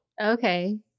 Okay